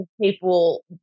people